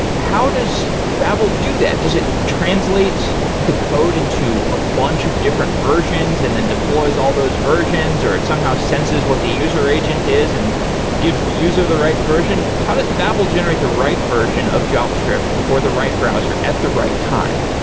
how does babel do that? does it translate the code into a bunch of different versions and then deploys all those versions, or it somehow senses what the user agent is and gives the user the right version? how does babel generate the right version of javascript for the right browser at the right time?